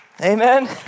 Amen